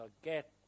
forget